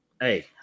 Hey